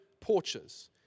porches